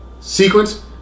sequence